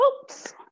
Oops